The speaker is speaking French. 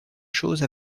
chose